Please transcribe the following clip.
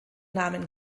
namen